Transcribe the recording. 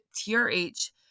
TRH